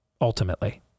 Ultimately